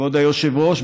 כבוד היושב-ראש,